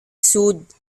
sued